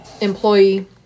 employee